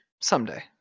Someday